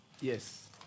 Yes